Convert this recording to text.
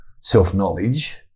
self-knowledge